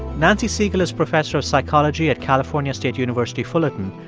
nancy segal is professor of psychology at california state university, fullerton,